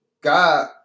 God